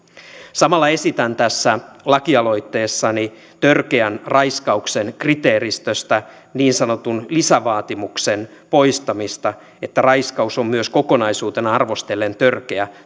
samalla esitän tässä lakialoitteessani törkeän raiskauksen kriteeristöstä niin sanotun lisävaatimuksen poistamista että raiskaus on myös kokonaisuutena arvostellen törkeä